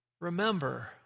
Remember